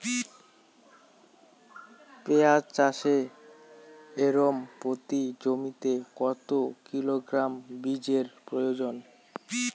পেঁয়াজ চাষে একর প্রতি জমিতে কত কিলোগ্রাম বীজের প্রয়োজন?